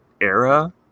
era